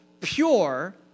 pure